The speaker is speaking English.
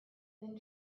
then